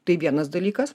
tai vienas dalykas